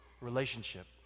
relationship